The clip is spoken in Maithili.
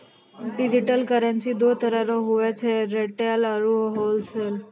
डिजिटल करेंसी दो तरह रो हुवै छै रिटेल आरू होलसेल